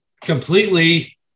completely